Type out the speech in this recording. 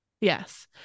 Yes